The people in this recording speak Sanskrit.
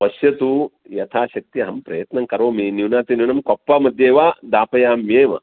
पश्यतु यथाशक्ति अहं प्रयत्नं करोमि न्यूनातिन्यूनं कोप्पामध्ये वा दापयाम्येव